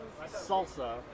salsa